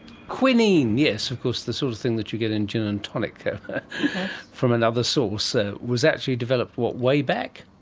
quinine, yes, of course, the sort of thing that you get in gin and tonic, from another sources. it was actually developed, what, way back?